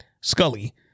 Scully